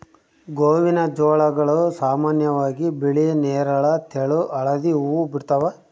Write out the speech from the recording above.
ಗೋವಿನಜೋಳಗಳು ಸಾಮಾನ್ಯವಾಗಿ ಬಿಳಿ ನೇರಳ ತೆಳು ಹಳದಿ ಹೂವು ಬಿಡ್ತವ